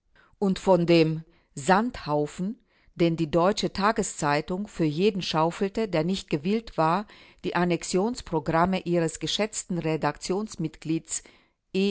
und von dem sandhaufen den die deutsche tageszeitung für jeden schaufelte der nicht gewillt war die annexionsprogramme ihres geschätzten redaktionsmitgliedes